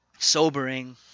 Sobering